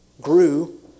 grew